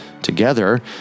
together